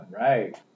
right